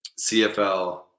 CFL